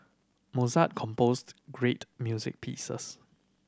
Mozart composed great music pieces